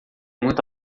muito